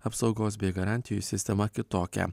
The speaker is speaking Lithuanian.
apsaugos bei garantijų sistema kitokia